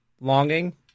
longing